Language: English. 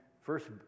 first